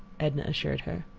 edna assured her.